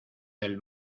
del